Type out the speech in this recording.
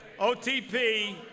OTP